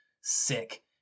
sick